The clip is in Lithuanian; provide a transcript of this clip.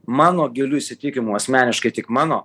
mano giliu įsitikinimu asmeniškai tik mano